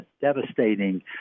devastating